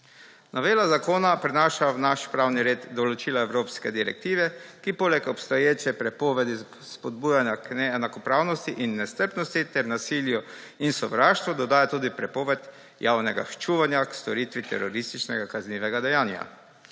Novela zakona prinaša v naš pravni red določila evropske direktive, ki poleg obstoječe prepovedi spodbujanja k neenakopravnosti in nestrpnosti ter nasilju in sovraštvu dodaja tudi prepoved javnega ščuvanja k storitvi terorističnega kaznivega dejanja.